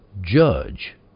judge